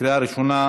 בקריאה ראשונה.